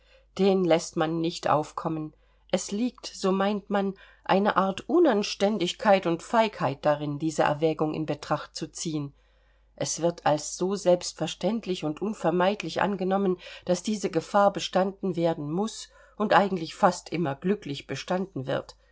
den läßt man nicht aufkommen es liegt so meint man eine art unanständigkeit und feigheit darin diese erwägung in betracht zu ziehen es wird als so selbstverständlich und unvermeidlich angenommen daß diese gefahr bestanden werden muß und eigentlich fast immer glücklich bestanden wird